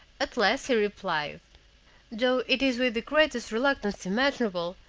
at last he replied though it is with the greatest reluctance imaginable,